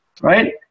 right